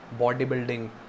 bodybuilding